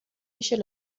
میشه